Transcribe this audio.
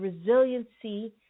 resiliency